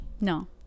No